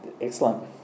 excellent